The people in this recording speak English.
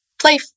Play